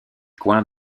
coins